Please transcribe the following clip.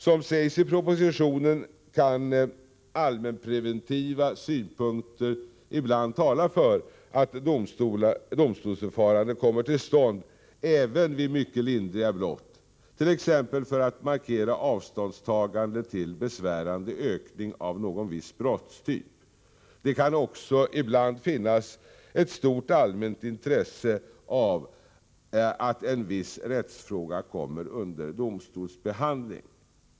Som sägs i propositionen kan allmänpreventiva synpunkter ibland tala för att ett domstolsförfarande kommer till stånd även vid mycket lindriga brott, t.ex. för att markera avståndstagande till en besvärande ökning av någon viss brottstyp. Det kan också ibland finnas ett stort allmänt intresse av att en viss rättsfråga kommer under domstolsbehandling.